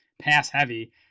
pass-heavy